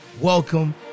welcome